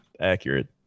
accurate